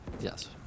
Yes